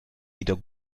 wieder